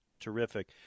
terrific